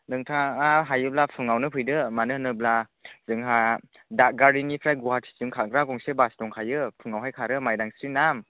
नोंथाङा हायोब्ला फुङावनो फैदो मानो होनोब्ला जोंहा दादगारिनिफ्राय गुवाहाटिसिम खारग्रा गंसे बास दंखायो फुङावहाय खारो मायदांस्रि नाम